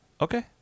Okay